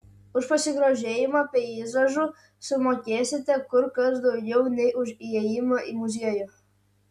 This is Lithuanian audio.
už pasigrožėjimą peizažu sumokėsite kur kas daugiau nei už įėjimą į muziejų